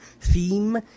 theme